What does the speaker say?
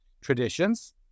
traditions